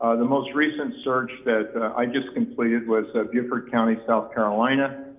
the most recent search that i just completed was beaufort county, south carolina.